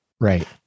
Right